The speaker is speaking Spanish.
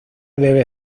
debe